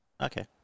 okay